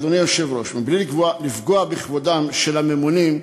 אדוני היושב-ראש, מבלי לפגוע בכבודם של הממונים,